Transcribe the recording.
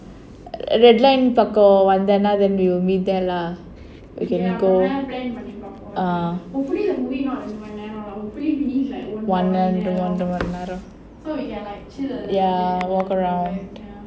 red line பக்கம்:pakkam then we will meet there lah we can go ah ரெண்டு மணி நேரம் ஒன்ற மணி நேரம்:rendu mani neram ondra mani neram ya walk around